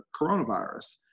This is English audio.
coronavirus